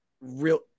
real